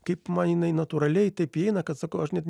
kaip man jinai natūraliai taip įeina kad sakau aš net